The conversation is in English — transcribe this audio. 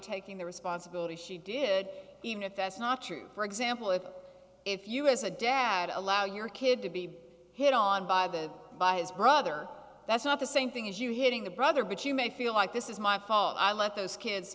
taking the responsibility she did even if that's not true for example if if you as a dad allow your kid to be hit on by the by his brother that's not the same thing as you hitting the brother but you may feel like this is my fault i let those kids